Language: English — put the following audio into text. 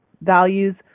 values